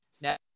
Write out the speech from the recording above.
Now